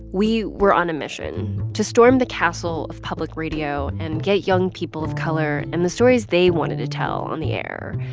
we were on a mission to storm the castle of public radio and get young people of color and the stories they wanted to tell on the air.